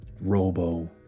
Robo